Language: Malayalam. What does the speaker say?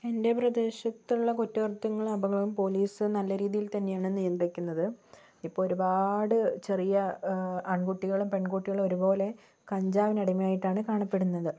എൻ്റെ പ്രദേശത്തുള്ള കുറ്റകൃത്യങ്ങളും അപകടവും പോലീസ് നല്ല രീതിയിൽ തന്നെയാണ് നിയന്ത്രിക്കുന്നത് ഇപ്പോൾ ഒരുപാട് ചെറിയ ആൺകുട്ടികളും പെൺകുട്ടികളും ഒരുപോലെ കഞ്ചാവിനടിമയായിട്ടാണ് കാണപ്പെടുന്നത്